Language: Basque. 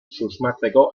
susmatzeko